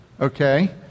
okay